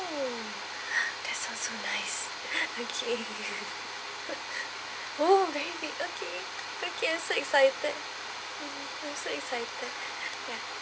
that sound so nice okay oh they have it okay okay I'm so excited I'm so excited ya